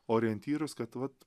orientyrus kad vat